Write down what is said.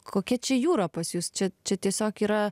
kokia čia jūra pas jus čia čia tiesiog yra